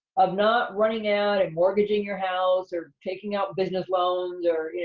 of not running out and mortgaging your house or taking out business loans or,